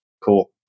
cool